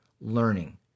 learning